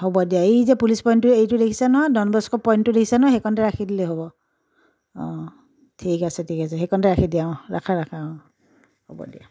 হ'ব দিয়া এই যে পুলিচ পইণ্টটো এইটো দেখিছা নহয় ডনব'ক্সৰ পইণ্টটো দেখিছা নহয় সেইকণতে ৰাখি দিলেই হ'ব অঁ ঠিক আছে ঠিক আছে সেইকণতে ৰাখি দিয়া অহ ৰাখা ৰাখা অঁ হ'ব দিয়া